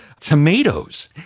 Tomatoes